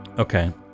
Okay